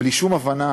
בלי שום הבנה,